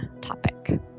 topic